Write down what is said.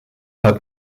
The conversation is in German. hat